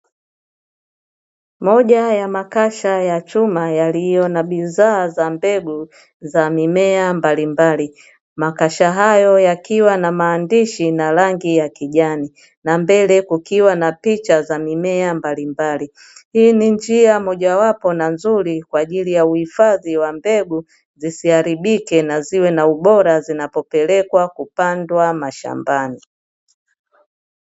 Moja ya makasha ya chuma yaliyo na bidhaa za mbegu za mimea mbalimbali. Makasha hayo yakiwa na maandishi na rangi ya kijani, na mbele kukiwa na picha za mimea mbalimbali. Hii ni njia moja wapo na nzuri kwa ajili ya uhifadhi wa mbegu zisiharibike na ziwe na ubora zinapopelekwa kupandwa mashambani.